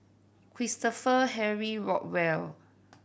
Christopher Henry Rothwell